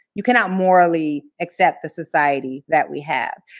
you cannot morally accept the society that we have.